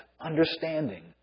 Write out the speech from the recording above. understanding